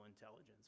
intelligence